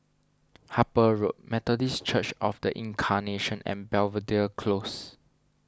Harper Road Methodist Church of the Incarnation and Belvedere Close